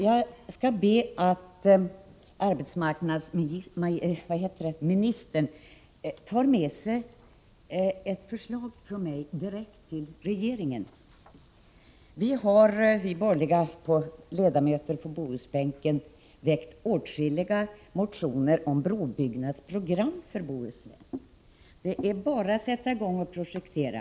Jag skall be att arbetsmarknadsministern tar med sig ett förslag från mig direkt till regeringen. Vi borgerliga ledamöter på Bohusbänken har väckt åtskilliga motioner om brobyggnadsprogram för Bohuslän. Det är bara att sätta i gång och projektera.